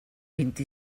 vint